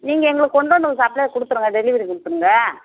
நீங்கள் எங்களுக்கு கொண்டு வந்து சப்ளே கொடுத்துருங்க டெலிவரி கொடுத்துடுங்க